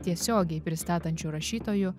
tiesiogiai pristatančiu rašytoju